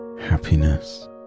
happiness